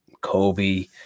kobe